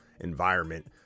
environment